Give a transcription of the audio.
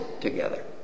together